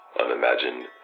unimagined